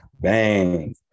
bang